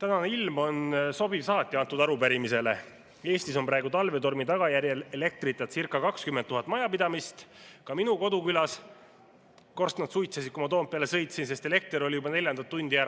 Tänane ilm on sobiv saatja antud arupärimisele. Eestis on praegu talvetormi tagajärjel elektritacirca20 000 majapidamist. Ka minu kodukülas korstnad suitsesid, kui ma Toompeale sõitsin, sest elekter oli juba neljandat tundi